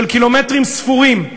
של קילומטרים ספורים,